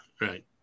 right